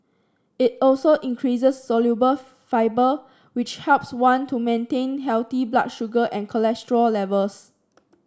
it also increases soluble fibre which helps one to maintain healthy blood sugar and cholesterol levels